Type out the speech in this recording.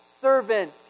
servant